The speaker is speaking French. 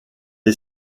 est